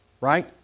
right